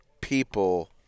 people –